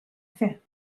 fer